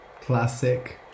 classic